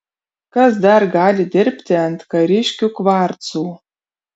kas dar gali dirbti ant kariškių kvarcų